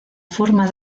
forma